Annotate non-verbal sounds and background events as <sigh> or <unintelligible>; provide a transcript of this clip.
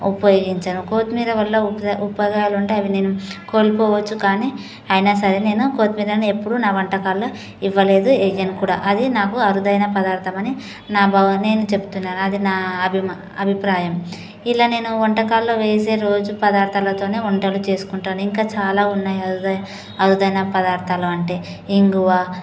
ఉపయోగించను కొత్తిమీర వల్ల <unintelligible> ఉపయోగాలు ఉంటాయి అవి నేను కొలిపోవచ్చు కానీ అయినా సరే నేను కొత్తిమీరని ఎప్పుడు నా వంటకాల్లో ఇవ్వలేదు వెయ్యను కూడా అది నాకు అరుదైన పదార్థమని నా భవాని నేను చెప్తున్నా అది నా అభిమాన అభిప్రాయం ఇలా నేను వంటకాలలో వేసే రోజు పదార్థాలతోనే వంటలు చేసుకుంటాను ఇంకా చాలా ఉన్నాయి అరుదైన అరుదైన పదార్థాలు అంటే ఇంగువ